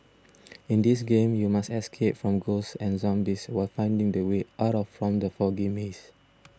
in this game you must escape from ghosts and zombies while finding the way out of from the foggy maze